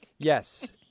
Yes